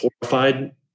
horrified